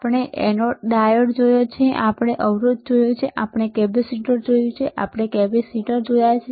આપણે ડાયોડ જોયો છે પછી આપણે અવરોધ જોયું છે આપણે કેપેસીટર જોયું છે આપણે મોટા કેપેસીટર જોયા છે